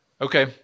Okay